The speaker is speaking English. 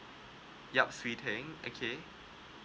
yap swee teng okay